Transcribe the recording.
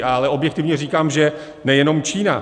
Ale objektivně říkám, že nejenom Čína.